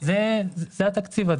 זה התקציב.